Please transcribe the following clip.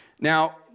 Now